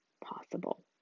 possible